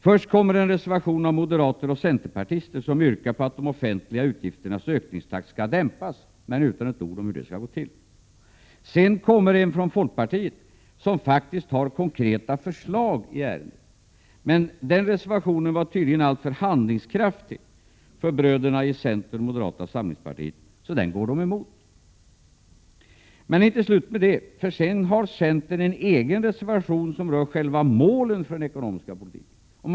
Först kommer en reservation av moderater och centerpartister, i vilken det yrkas på att de offentliga utgifternas ökningstakt skall dämpas, men det sägs inte ett ord om hur det skall gå till. Sedan kommer en reservation från folkpartiet, som faktiskt har konkreta förslag i ärendet. Men den reservationen var tydligen alltför handlingskraftig för bröderna i centern och moderata samlingspartiet, så den går de emot. Men det är inte slut med det. För sedan har centern en egen reservation, som rör själva målen för den ekonomiska politiken.